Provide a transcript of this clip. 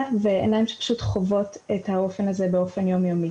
ועיניים שחוות את האופן הזה באופן יום יומי.